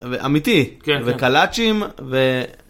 ואמיתי, כן, וקלאצ'ים, ו...